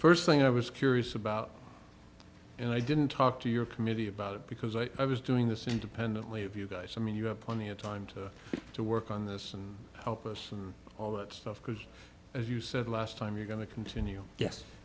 first thing i was curious about and i didn't talk to your committee about it because i was doing this independently of you guys i mean you have plenty of time to get to work on this and help us and all that stuff because as you said last time you're going to continue yes